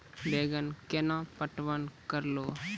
बैंगन केना पटवन करऽ लो?